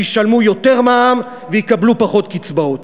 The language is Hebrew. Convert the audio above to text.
שישלמו יותר מע"מ ויקבלו פחות קצבאות.